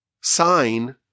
sign